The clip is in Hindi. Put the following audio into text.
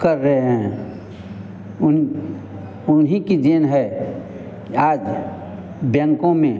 कर रहे हैं उन उन्हीं की देन है कि आज बैंकों में